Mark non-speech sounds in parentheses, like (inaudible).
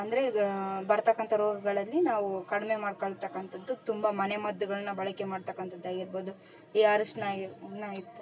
ಅಂದರೆ ಈಗ ಬರತಕ್ಕಂಥ ರೋಗಗಳಲ್ಲಿ ನಾವು ಕಡಿಮೆ ಮಾಡ್ಕಂಡ್ತಕ್ಕಂಥದ್ದು ತುಂಬ ಮನೆಮದ್ದುಗಳನ್ನ ಬಳಕೆ ಮಾಡತಕ್ಕಂಥದ್ದಾಗಿರ್ಬೋದು ಈ ಅರಿಶ್ನ ಆಗಿರೋ (unintelligible) ಸಾಕು